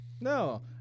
No